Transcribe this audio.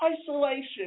Isolation